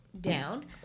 down